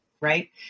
right